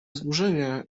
znużenia